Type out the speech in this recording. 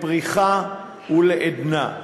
לפריחה ולעדנה,